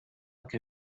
que